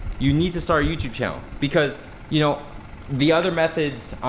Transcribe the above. you need to start a youtube channel because you know the other methods,